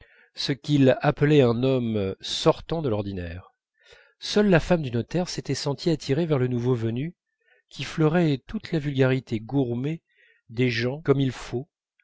ce qu'il appelait un homme sortant de l'ordinaire seule la femme du notaire s'était sentie attirée vers le nouveau venu qui fleurait toute la vulgarité gourmée des gens comme il faut